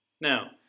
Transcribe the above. Now